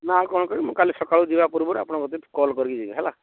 ନା ଆଉ କ'ଣ କହିବି ମୁଁ କାଲି ସକାଳୁ ଯିବା ପୂର୍ବରୁ ଆପଣଙ୍କ କତିକି କଲ୍ କରିକି ଯିବି ହେଲା